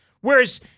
Whereas